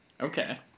Okay